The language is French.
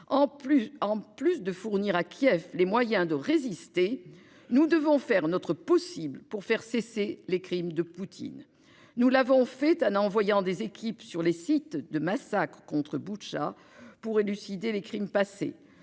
En plus de fournir à Kiev les moyens de résister, nous devons oeuvrer du mieux possible pour faire cesser les crimes de Poutine. Nous l'avons fait en envoyant des équipes sur les sites de massacres, comme à Boutcha, pour élucider les crimes passés.